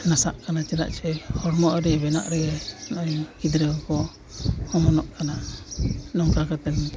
ᱱᱟᱥᱟᱜ ᱠᱟᱱᱟ ᱪᱮᱫᱟᱜ ᱥᱮ ᱦᱚᱲᱢᱚ ᱟᱹᱣᱨᱤ ᱵᱮᱱᱟᱜ ᱨᱮᱜᱮ ᱜᱤᱫᱽᱨᱟᱹ ᱠᱚ ᱚᱢᱚᱱᱚᱜ ᱠᱟᱱᱟ ᱱᱚᱝᱠᱟ ᱠᱟᱛᱮ